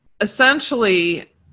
essentially